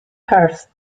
perth